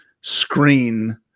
screen